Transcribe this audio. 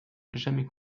jamais